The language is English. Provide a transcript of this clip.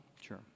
Sure